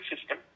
system